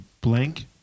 blank